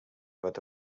bat